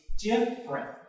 different